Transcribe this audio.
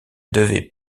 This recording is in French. devait